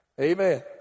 Amen